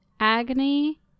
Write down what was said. Agony